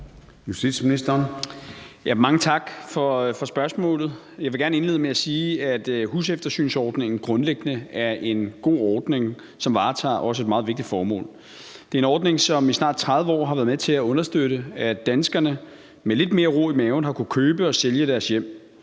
Mange tak for spørgsmålet. Jeg vil gerne indlede med at sige, at huseftersynsordningen grundlæggende er en god ordning, som varetager et meget vigtigt formål. Det er en ordning, som i snart 30 år har været med til at understøtte, at danskerne med lidt mere ro i maven har kunnet købe og sælge deres hjem.